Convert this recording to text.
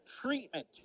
treatment